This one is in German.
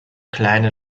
kleine